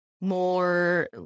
more